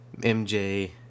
MJ